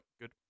good